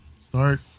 start